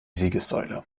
siegessäule